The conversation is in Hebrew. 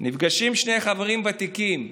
נפגשים שני חברים ותיקים.